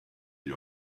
gli